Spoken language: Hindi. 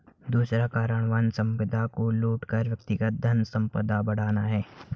दूसरा कारण वन संपदा को लूट कर व्यक्तिगत धनसंपदा बढ़ाना है